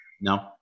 no